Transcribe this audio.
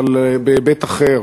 אבל בהיבט אחר.